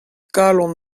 kalon